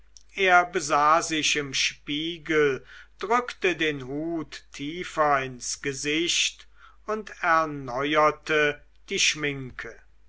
er besah sich im spiegel drückte den hut tiefer ins gesicht und erneuerte die schminke